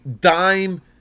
dime